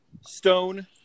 Stone